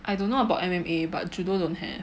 I don't know about M_M_A but judo don't have